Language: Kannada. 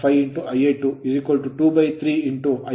5Ia2 23 Ia2 30 ಪಡೆಯುತ್ತೇವೆ